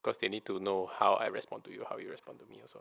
cause they need to know how I respond to you how you respond to me also